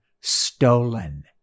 stolen